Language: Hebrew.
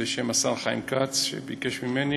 בשם השר חיים כץ, שביקש ממני.